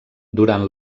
durant